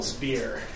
Beer